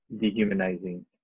dehumanizing